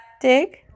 dig